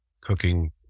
cooking